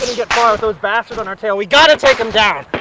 get far with those bastards on our tail, we've got to take them down!